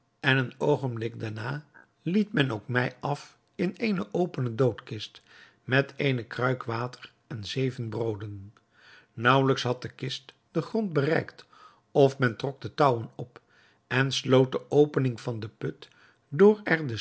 en een oogenblik daarna liet men ook mij af in eene opene doodkist met eene kruik water en zeven brooden naauwelijks had de kist den grond bereikt of men trok de touwen op en sloot de opening van den put door